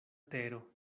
tero